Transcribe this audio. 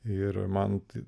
ir man tai